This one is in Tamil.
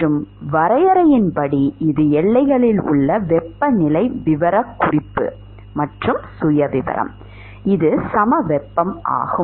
மற்றும் வரையறையின்படி இது எல்லைகளில் உள்ள வெப்பநிலை விவரக்குறிப்பு மற்றும் சுயவிவரம் இது சமவெப்பம் ஆகும்